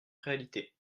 réalité